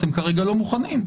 אתם כרגע לא מוכנים.